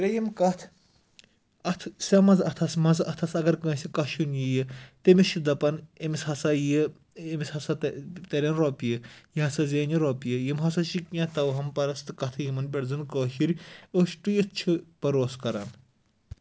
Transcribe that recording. ترٛیٚیِم کَتھ اَتھ سٮ۪مَنٛز اَتھَس منٛز اَتھَس اگر کٲنٛسِہ کَشُن یِیہِ تیٚمِس چھِ دَپان أمِس ہَسا یہِ أمِس ہَسا تَرِ تَرن رۄپیہِ یہِ ہَسا زینہِ رۄپیہِ یِم ہَسا چھِ کینٛہہ تَوہَم پرست کَتھٕ یِمَن پٮ۪ٹھ زَن کٲشِرۍ أچھ ٹُوِتھ چھِ بروسہٕ کَران